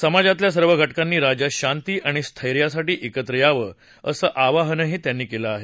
समाजातल्या सर्व घटकांनी राज्यात शांती आणि स्थैर्यासाठी एकत्र यावं असं आवाहनही त्यांनी केलं आहे